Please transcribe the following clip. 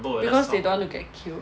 because they don't want to get killed